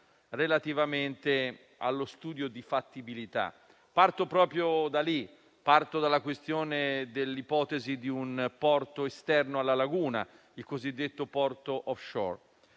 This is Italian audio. relativamente allo studio di fattibilità. Parto proprio da questo, dalla questione dell'ipotesi di un porto esterno alla laguna, il cosiddetto porto *offshore*.